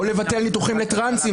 או לבטל ניתוחים לטרנסים,